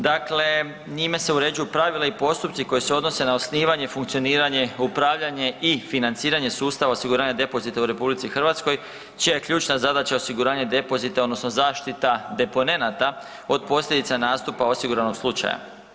Dakle njime se uređuju pravila i postupci koji se odnose na osnivanje i funkcioniranje, upravljanje i financiranje sustava osiguranja depozita u RH čija je ključna zadaća osiguranje depozita odnosno zaštita deponenata od posljedica nastupa osiguranog slučaja.